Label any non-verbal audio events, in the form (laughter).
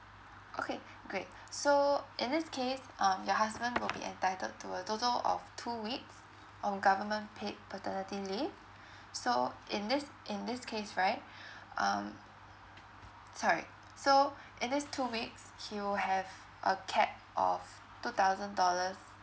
okay great so in this case um your husband will be entitled to a total of two weeks on government paid paternity leave so in this in this case right (breath) um sorry so in these two weeks he will have a cap of two thousand dollars